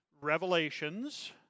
revelations